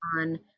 on-